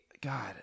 God